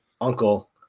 uncle